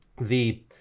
the-